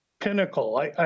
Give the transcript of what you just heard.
Pinnacle